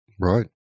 Right